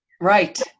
Right